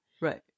Right